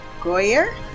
goyer